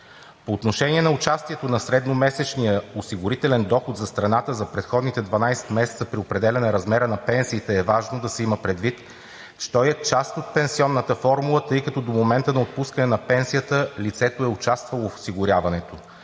По отношение на участието на средномесечния осигурителен доход за страната за предходните 12 месеца при определяне размера на пенсиите е важно да се има предвид, че той е част от пенсионната формула, тъй като до момента на отпускане на пенсията лицето е участвало в осигуряването,